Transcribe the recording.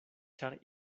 ĉar